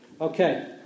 Okay